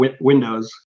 windows